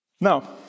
Now